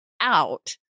out